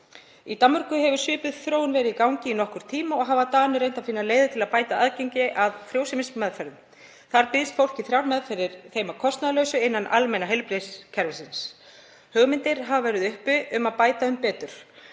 Í Danmörku hefur svipuð þróun verið í gangi í nokkurn tíma og hafa Danir reynt að finna leiðir til að bæta aðgengi að frjósemismeðferð. Þar bjóðast fólki þrjár meðferðir því að kostnaðarlausu innan almenna heilbrigðiskerfisins. Hugmyndir hafa verið uppi um að bæta um betur.